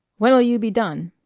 when'll you be done?